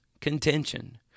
contention